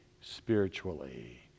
spiritually